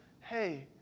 Hey